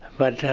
but